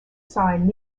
signed